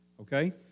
okay